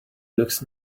looks